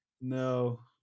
No